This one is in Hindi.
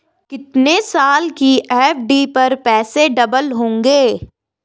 कितने साल की एफ.डी पर पैसे डबल होंगे?